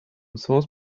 source